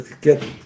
get